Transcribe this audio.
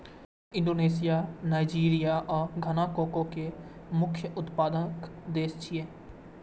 Indonesia, Nigeria आ Ghana cocoa के मुख्य उत्पादक देश छियै